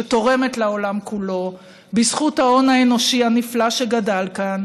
שתורמת לעולם כולו בזכות ההון האנושי הנפלא שגדל כאן